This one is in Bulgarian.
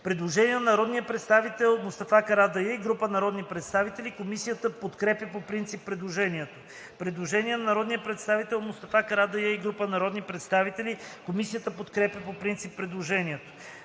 Предложение на народния представител Мустафа Карадайъ и група народни представители. Комисията подкрепя по принцип предложението,